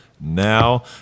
now